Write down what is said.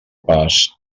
pas